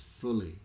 fully